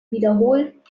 wiederholt